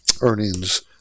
earnings